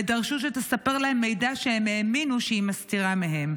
ודרשו שהיא תספר להם מידע שהם האמינו שהיא מסתירה מהם.